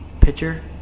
pitcher